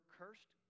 cursed